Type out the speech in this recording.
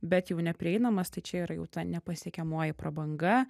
bet jau neprieinamas tai čia yra jau ta nepasiekiamoji prabanga